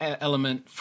element